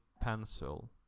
pencil